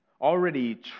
already